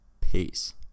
Peace